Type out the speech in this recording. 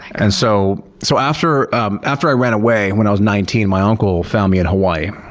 and so so after um after i ran away, and when i was nineteen, my uncle found me in hawaii.